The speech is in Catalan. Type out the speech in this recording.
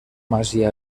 masia